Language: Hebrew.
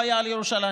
היה על ירושלים.